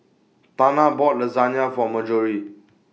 Tana bought Lasagne For Marjorie